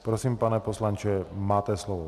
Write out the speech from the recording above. Prosím, pane poslanče, máte slovo.